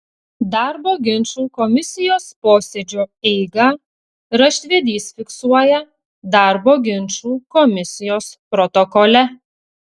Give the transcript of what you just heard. darbo ginčų komisijos posėdžio eigą raštvedys fiksuoja darbo ginčų komisijos protokole